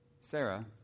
Sarah